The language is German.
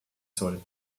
soll